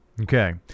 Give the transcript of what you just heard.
Okay